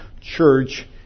church